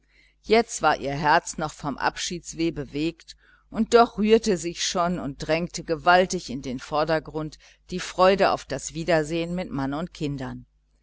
jetzt war ihr herz noch vom abschiedsweh bewegt und doch rührte sich schon und drängte gewaltig in den vordergrund die freude auf das wiedersehen mit mann und kindern